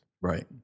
Right